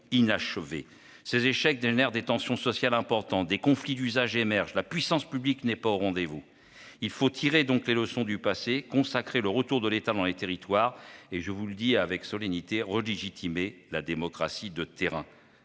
Ces échecs créent des tensions sociales importantes. Des conflits d'usage émergent, la puissance publique n'étant pas aux rendez-vous. Il nous faut tirer les leçons du passé, consacrer le retour de l'État dans les territoires et- je vous le dis avec solennité -relégitimer la démocratie de terrain,